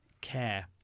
care